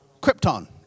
Krypton